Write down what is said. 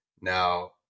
now